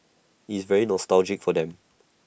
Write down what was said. it's very nostalgic for them